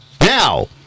now